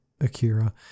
Akira